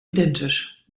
identisch